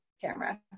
camera